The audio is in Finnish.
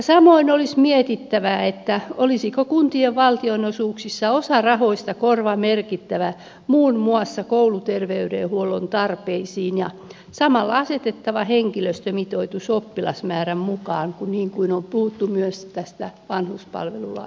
samoin olisi mietittävä olisiko kuntien valtionosuuksissa osa rahoista korvamerkittävä muun muassa kouluterveydenhuollon tarpeisiin ja samalla asetettava henkilöstömitoitus oppilasmäärän mukaan niin kuin on puhuttu myös vanhuspalvelulaissa